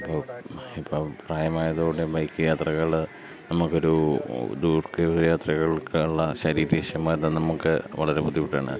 അപ്പം ഇപ്പം പ്രായമായതോടു കൂടെ ബൈക്ക് യാത്രകൾ നമുക്ക് ഒരു ദൂര യാത്രകൾക്കുള്ള ശരീരിക ക്ഷമത നമുക്ക് വളരെ ബുദ്ധിമുട്ടാണ്